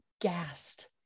gassed